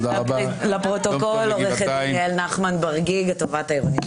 בעד, אחד, נגד, אין, נמנעים,